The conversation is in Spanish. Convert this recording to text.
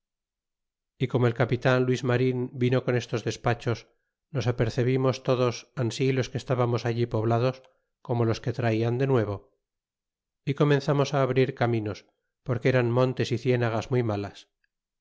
y como el capitan luis marin vino con estos despachos nos apercebimos todos así los que estábamos allí poblados como los que traían de nuevo y comenzamos á abrir caminos porque eran montes y cienagas muy malas